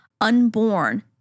unborn